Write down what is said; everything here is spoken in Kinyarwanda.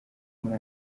muri